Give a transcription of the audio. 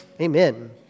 Amen